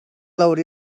lawr